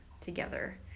together